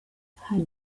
had